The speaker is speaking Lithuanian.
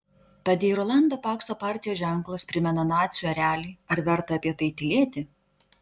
tad jei rolando pakso partijos ženklas primena nacių erelį ar verta apie tai tylėti